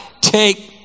take